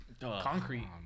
Concrete